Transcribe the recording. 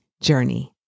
journey